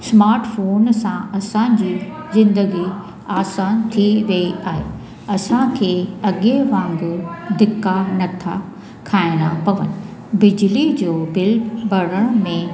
smart phone सां असां जी ज़िंदगी आसानु थी वेंदी आहे असां खे अॻे वांगुरु धिका नथा खाइणा पवनि बिजली जो बिल भरण में